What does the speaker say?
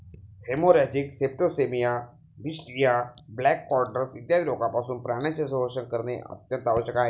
haemorrhagic septicaemia, बिशरिया, black quarters इत्यादी रोगांपासून प्राण्यांचे संरक्षण करणे आवश्यक आहे